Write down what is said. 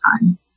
time